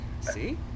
See